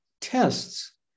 tests